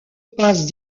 passes